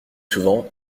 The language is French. souvent